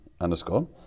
underscore